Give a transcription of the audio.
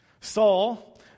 Saul